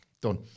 Done